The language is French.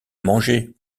manger